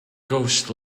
ghost